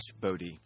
Bodhi